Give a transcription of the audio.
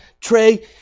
Trey